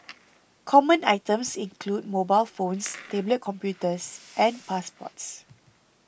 common items include mobile phones tablet computers and passports